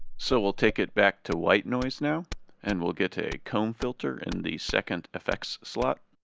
so we'll take it back to white noise now and we'll get a comb filter in the second effects slot.